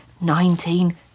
nineteen